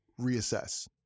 reassess